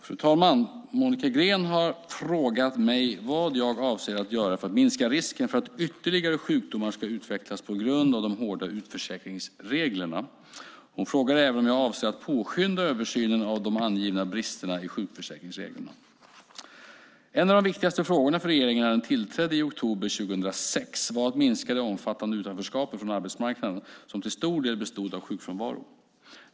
Fru talman! Monica Green har frågat mig vad jag avser att göra för att minska risken för att ytterligare sjukdomar ska utvecklas på grund av de hårda utförsäkringsreglerna. Hon frågar även om jag avser att påskynda översynen av de angivna bristerna i sjukförsäkringsreglerna. En av de viktigaste frågorna för regeringen när den tillträdde i oktober 2006 var att minska det omfattande utanförskapet från arbetsmarknaden som till stor del bestod av sjukfrånvaro.